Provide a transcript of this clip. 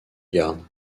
garde